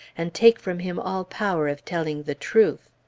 and take from him all power of telling the truth.